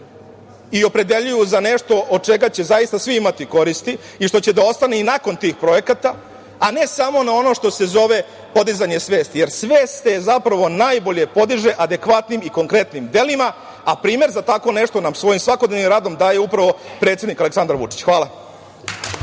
i opredeljuju za nešto od čega će zaista svi imati koristi i što će da ostane i nakon tih projekata, a ne samo na ono što se zove podizanje svesti, jer svest se zapravo najbolje podiže adekvatnim i konkretnim delima, a primer za tako nešto nam svojim svakodnevnim radom daju upravo predsednik Aleksandar Vučić. Hvala.